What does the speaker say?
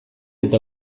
eta